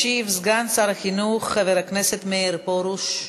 ישיב סגן שר החינוך חבר הכנסת מאיר פרוש.